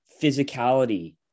physicality